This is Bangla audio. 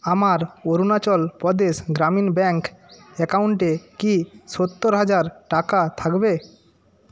আমার অরুণাচল প্রদেশ গ্রামীণ ব্যাংক অ্যাকাউন্টে কি সত্তর হাজার টাকা থাকবে